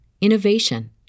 innovation